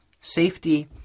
safety